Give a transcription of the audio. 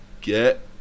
get